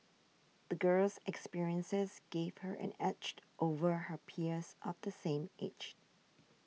the girl's experiences gave her an edge over her peers of the same age